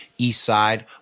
Eastside